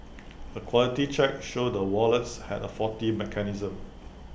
A quality check showed the wallets had A faulty mechanism